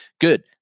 Good